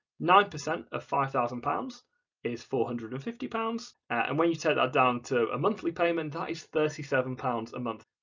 nine percent of five thousand pounds is four hundred and fifty pounds and when you take that downto a monthly payment, that is thirty seven pounds a month.